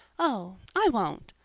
oh, i won't.